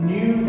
New